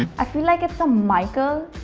i feel like it's a micheal.